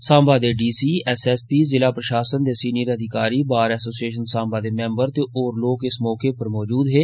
सांबा दे D C S S P जिला प्रशासन दे सीनियर अधिकारी बार एसोसिएशन सांबा दे मैम्बर ते होर लोक इस मौके पर मौजूद हे